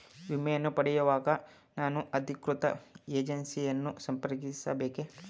ವಿಮೆಯನ್ನು ಪಡೆಯುವಾಗ ನಾನು ಅಧಿಕೃತ ಏಜೆನ್ಸಿ ಯನ್ನು ಸಂಪರ್ಕಿಸ ಬೇಕೇ?